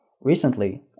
Recently